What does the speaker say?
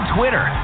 Twitter